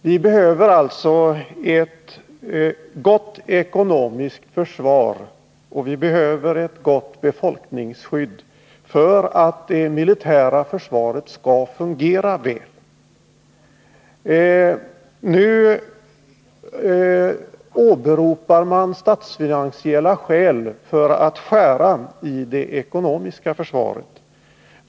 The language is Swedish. Fru talman! Vi behöver ett gott ekonomiskt försvar och ett gott befolkningsskydd för att det militära försvaret skall fungera väl. Nu åberopar man statsfinansiella skäl för att skära i det ekonomiska försvaret.